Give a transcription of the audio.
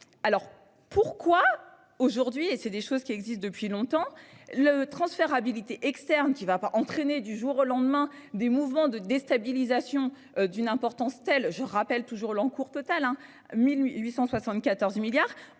Alors pourquoi aujourd'hui et c'est des choses qui existent depuis longtemps le transfert habilité externe qui va pas entraîner du jour au lendemain des mouvements de déstabilisation d'une importance telle je rappelle toujours l'encours total 1874 milliards